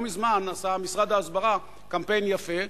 לא מזמן עשה משרד ההסברה קמפיין יפה.